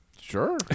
Sure